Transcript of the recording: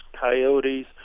coyotes